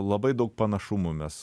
labai daug panašumų mes